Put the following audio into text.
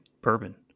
bourbon